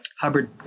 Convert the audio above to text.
Hubbard